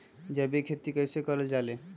जैविक खेती कई से करल जाले?